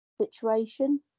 situation